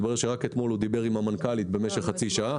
מתברר שרק אתמול הוא דיבר עם המנכ"לית במשך חצי שעה.